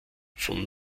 von